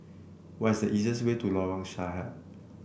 what is the easiest way to Lorong Sahad